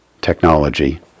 technology